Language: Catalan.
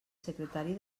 secretari